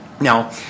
Now